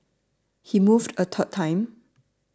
he moved a third time